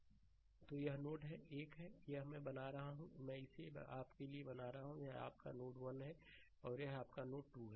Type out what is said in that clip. slide समय देखें 0620 तो यह नोड 1 है ये मैं बना रहा हूं मैं इसे आपके लिए बना रहा हूं यह आपका नोड 1 है और यह आपका नोड 2 है